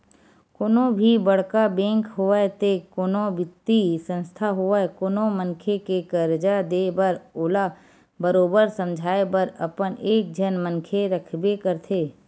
कोनो भी बड़का बेंक होवय ते कोनो बित्तीय संस्था होवय कोनो मनखे के करजा देय बर ओला बरोबर समझाए बर अपन एक झन मनखे रखबे करथे